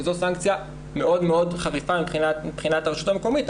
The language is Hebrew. וזו סנקציה מאוד חריפה מבחינת הרשות המקומית.